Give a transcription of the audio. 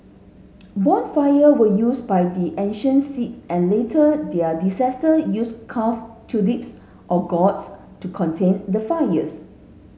bonfire were used by the ancient Celts and later their used carved turnips or gourds to contain the fires